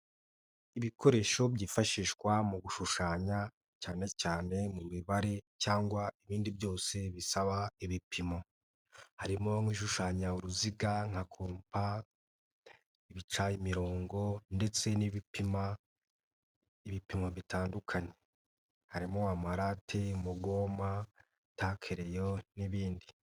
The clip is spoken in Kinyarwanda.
Ibikoresho byifashishwa mu gushushanya cyane cyane mu mibare cyangwa ibindi byose bisaba ibipimo. Harimo nk'ibishushanya uruziga nka kompa, ibica imirongo ndetse n'ibipima ibipimo bitandukanye harimo amarate ,umugoma takeleyo n'ibindi.